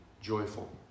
joyful